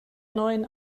neuen